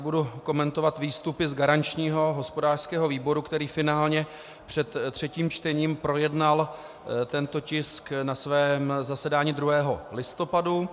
Budu teď komentovat výstupy z garančního hospodářského výboru, který finálně před třetím čtením projednal tento tisk na svém zasedání 2. listopadu.